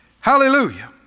Hallelujah